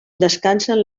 descansen